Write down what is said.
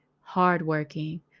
hardworking